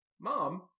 Mom